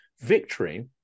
victory